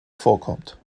vorkommt